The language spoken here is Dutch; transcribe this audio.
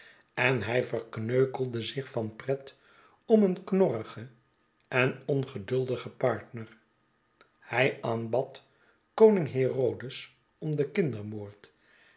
en hij verkneukelde zich van pret om een knorrigen en ongeduldigen partner hij aanbad koning herodes om den kindermoord